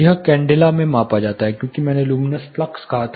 यह कैंडेला में मापा जाता है क्योंकि मैंने लुमिनस फ्लक्स कहा था